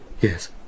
Yes